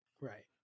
Right